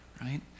right